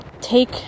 Take